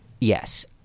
Yes